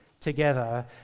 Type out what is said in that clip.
together